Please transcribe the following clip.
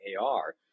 AR